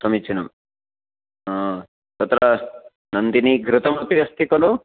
समीचीनं तत्र नन्दिनीघृतमपि अस्ति खलु